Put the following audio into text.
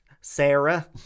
sarah